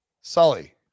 Sully